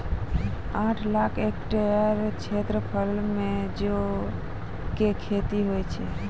आठ लाख हेक्टेयर क्षेत्रफलो मे जौ के खेती होय छै